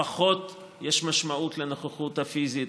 יש פחות משמעות לנוכחות הפיזית,